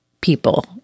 people